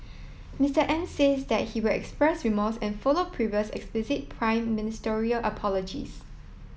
Mister Abe says that he will express remorse and follow previous explicit prime ministerial apologies